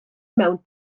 mewn